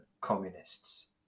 communists